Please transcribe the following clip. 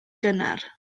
gynnar